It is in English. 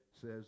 says